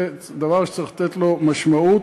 זה דבר שצריך לתת לו משמעות.